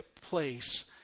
place